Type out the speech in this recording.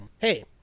hey